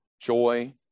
joy